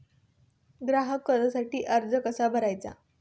ग्राहक कर्जासाठीचा अर्ज कसा भरायचा?